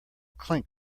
clink